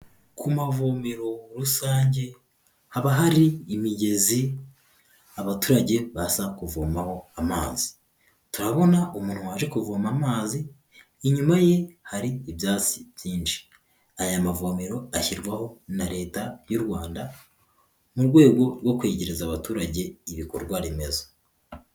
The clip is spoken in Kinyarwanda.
Ku mavomero rusange haba hari imigezi abaturage baza kuvomaho amazi, turabona umuntu waje kuvoma amazi inyuma ye hari ibyatsi byinshi. Aya mavomero ashyirwaho na leta y'u Rwanda, mu rwego rwo kwegereza abaturage ibikorwa remezo.